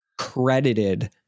credited